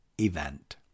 event